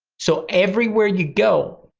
so everywhere you go,